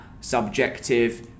subjective